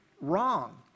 wrong